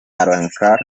arrancar